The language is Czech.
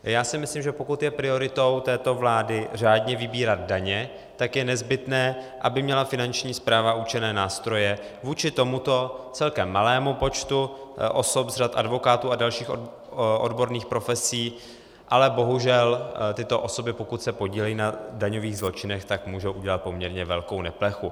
Já si myslím, že pokud je prioritou této vlády řádně vybírat daně, tak je nezbytné, aby měla Finanční správa určené nástroje vůči tomuto celkem malému počtu osob z řad advokátů a dalších odborných profesí, ale bohužel tyto osoby, pokud se podílejí na daňových zločinech, můžou udělat poměrně velkou neplechu.